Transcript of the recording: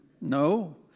No